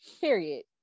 period